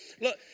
look